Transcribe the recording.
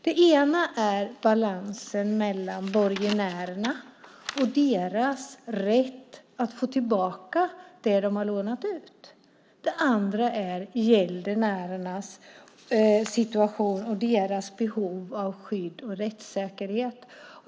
Det ena är balansen mellan borgenärerna och deras rätt att få tillbaka det de har lånat ut och gäldenärernas situation och deras behov av skydd och rättssäkerhet.